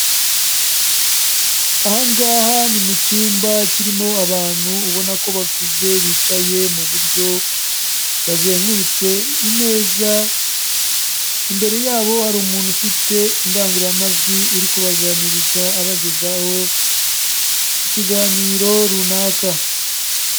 Aha ngaha ni mu cyumba kirimo abantu ubona ko bakuze bicaye mu buryo bazengurutse imeza, imbere yabo hari umuntu ufite indangururamajwi uri kubaganiriza abagezaho ikiganiro runaka.